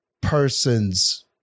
person's